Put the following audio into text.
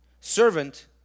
servant